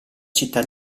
città